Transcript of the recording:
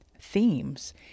themes